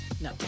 No